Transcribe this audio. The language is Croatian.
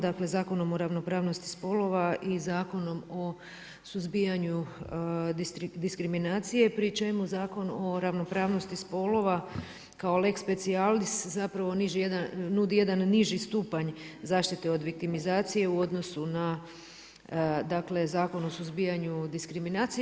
Dakle Zakonom o ravnopravnosti spolova i Zakonom o suzbijanju diskriminacije pri čemu Zakon o ravnopravnosti spolova kao lex specialis zapravo nudi jedan niži stupanj zaštite od viktimizacije u odnosu na dakle Zakon o suzbijanju diskriminacije.